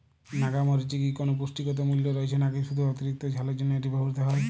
নাগা মরিচে কি কোনো পুষ্টিগত মূল্য রয়েছে নাকি শুধু অতিরিক্ত ঝালের জন্য এটি ব্যবহৃত হয়?